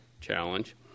challenge